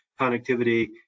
connectivity